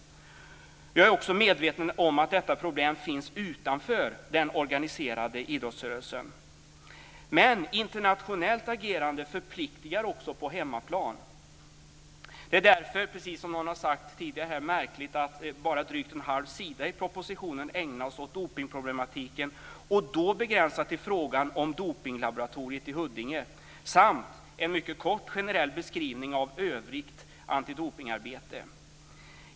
Jag är också medveten om att detta problem finns utanför den organiserade idrottsrörelsen. Men internationellt agerande förpliktar också på hemmaplan. Det är därför märkligt, precis som någon tidigare här sade, att bara drygt en halv sida i propositionen ägnas åt dopningsproblematiken, och då begränsat till frågan om Dopinglaboratoriet i Huddinge samt en mycket kort generell beskrivning av övrigt antidopningsarbete.